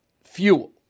fuel